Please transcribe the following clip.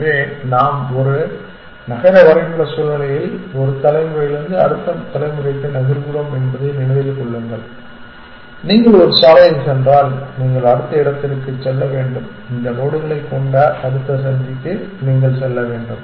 எனவே ஒரு நகர வரைபட சூழ்நிலையில் நாம் ஒரு தலைமுறையிலிருந்து அடுத்த தலைமுறைக்கு நகர்கிறோம் என்பதை நினைவில் கொள்ளுங்கள் நீங்கள் ஒரு சாலையில் சென்றால் நீங்கள் அடுத்த இடத்திற்கு செல்ல வேண்டும் இந்த நோடுகளைக் கொண்ட அடுத்த சந்திக்கு நீங்கள் செல்ல வேண்டும்